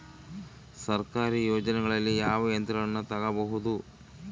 ಸರ್ಕಾರಿ ಯೋಜನೆಗಳಲ್ಲಿ ಯಾವ ಯಂತ್ರಗಳನ್ನ ತಗಬಹುದು?